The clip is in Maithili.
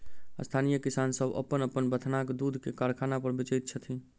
स्थानीय किसान सभ अपन अपन बथानक दूध के कारखाना पर बेचैत छथि